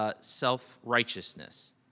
self-righteousness